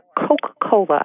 Coca-Cola